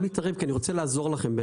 אני חייב להתערב כי אני רוצה לעזור לכם.